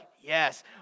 yes